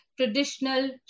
traditional